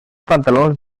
pantalons